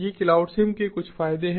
ये क्लाउडसिम के कुछ फायदे हैं